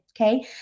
okay